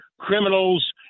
criminals